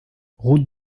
route